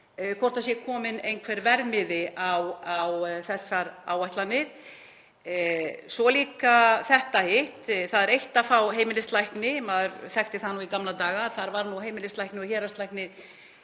hvort það sé kominn einhver verðmiði á þessar áætlanir. Svo er líka hitt, það er eitt að fá heimilislækni. Maður þekkti það í gamla daga að það var heimilislæknir og héraðslæknir